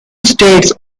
states